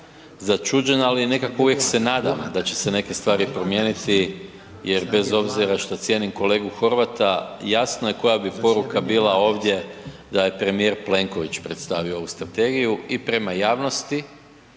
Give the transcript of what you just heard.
začuđen, ali nekako uvijek se nadam da će se neke stvari promijeniti jer bez obzira šta cijenim kolegu Horvata, jasno je koja bi poruka bila ovdje da je premijer Plenković predstavio ovu strategiju i prema javnosti